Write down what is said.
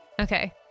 okay